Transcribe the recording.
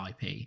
IP